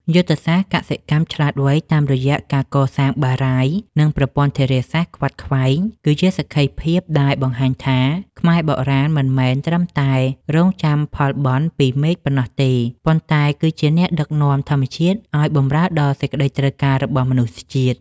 យុទ្ធសាស្ត្រ កសិកម្មឆ្លាតវៃ តាមរយៈការកសាងបារាយណ៍ និងប្រព័ន្ធធារាសាស្ត្រខ្វាត់ខ្វែង គឺជាសក្ខីភាពដែលបង្ហាញថា ខ្មែរបុរាណមិនមែនត្រឹមតែរង់ចាំផលបុណ្យពីមេឃប៉ុណ្ណោះទេ ប៉ុន្តែគឺជាអ្នកដឹកនាំធម្មជាតិឱ្យបម្រើដល់សេចក្តីត្រូវការរបស់មនុស្សជាតិ។